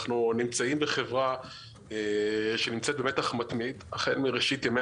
אנחנו נמצאים בחברה שנמצאת במתח מתמיד החל מראשית ימי